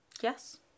Yes